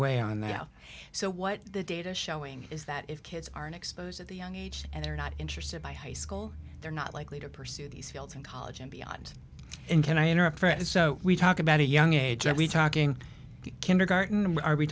way on that so what the data showing is that if kids aren't exposed at the young age and they're not interested by high school they're not likely to pursue these fields in college and beyond and can i interrupt for so we talk about a young age are we talking kindergarten